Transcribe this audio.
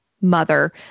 mother